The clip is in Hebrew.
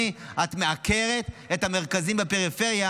את מעקרת את המרכזים בפריפריה,